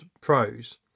Pros